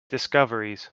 discoveries